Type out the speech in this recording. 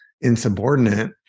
insubordinate